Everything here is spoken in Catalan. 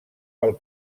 pel